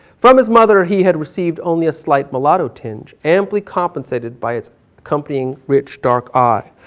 from his mother he had received only a slight malato tinge, amply compensated by it's accompanying rich, dark ah